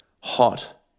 hot